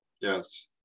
Yes